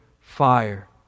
fire